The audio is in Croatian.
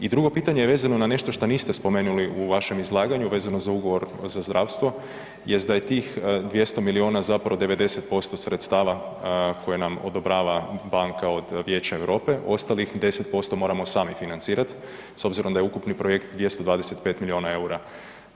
I drugo pitanje je vezano na nešto šta niste spomenuli u vašem izlaganju, vezano za ugovor za zdravstvo, jest da je tih 200 miliona zapravo 90% sredstava koje nam odobrava banka od Vijeća Europe ostalih 10% moramo sami financirati s obzirom da je ukupni projekt 225 miliona EUR-a.